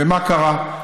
ומה קרה?